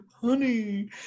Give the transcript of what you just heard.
honey